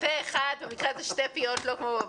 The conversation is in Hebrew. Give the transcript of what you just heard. מי נמנע?